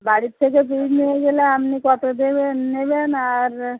বাড়ির থেকে পিস নিয়ে গেলে আপনি কতো দেবেন নেবেন আর